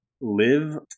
live